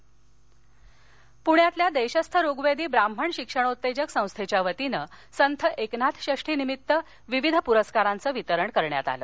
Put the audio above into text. परस्कार पुण्यातील देशस्थ ऋग्वेदी ब्राह्मण शिक्षणोत्तेजक संस्थेच्या वतीनं संत एकनाथ षष्ठी निमित्त विविध पुरस्कारांचं वितरण करण्यात आलं